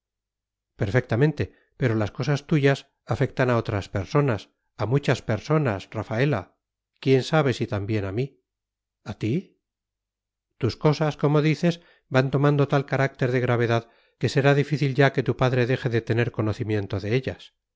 perfectamente pero las cosas tuyas afectan a otras personas a muchas personas rafaela quién sabe si también a mí a ti tus cosas como dices van tomando tal carácter de gravedad que será difícil ya que tu padre deje de tener conocimiento de ellas